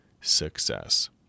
success